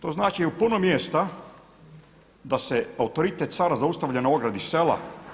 To znači u puno mjesta da se autoritet cara zaustavlja na ogradi sela.